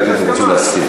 אלא אם אתם רוצים להסכים.